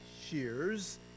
shears